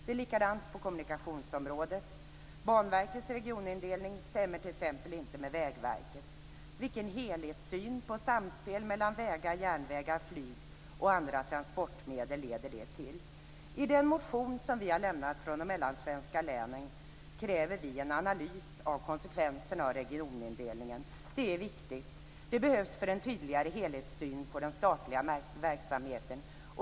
Det är likadant på kommunikationsområdet. Banverkets regionindelning stämmer t.ex. inte med Vägverkets. Vilken helhetssyn på samsspel mellan vägar, järnvägar, flyg och andra transportmedel leder det till? I den motion som vi från de mellansvenska länen har väckt kräver vi en analys av konsekvenserna av regionindelningen. Det är viktigt. Det behövs för en tydligare helhetssyn på den statliga verksamheten.